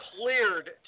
cleared